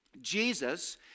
Jesus